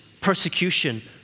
persecution